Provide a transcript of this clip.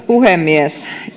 puhemies